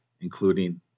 including